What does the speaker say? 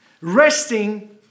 resting